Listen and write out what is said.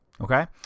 Okay